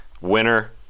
winner